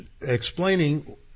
explaining